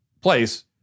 place